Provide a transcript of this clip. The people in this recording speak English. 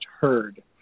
heard